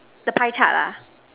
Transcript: the pie chart ah